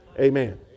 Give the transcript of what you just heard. amen